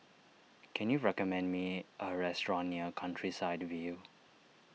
can you recommend me a restaurant near Countryside View